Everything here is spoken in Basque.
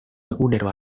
egunero